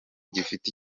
gifite